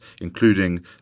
including